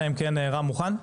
אלא אם כן רם מוכן?